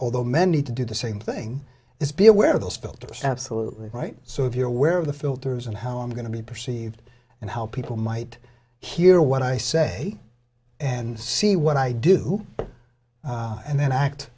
although many to do the same thing is be aware of those filters absolutely right so if you're aware of the filters and how i'm going to be perceived and how people might hear what i say and see what i do and then act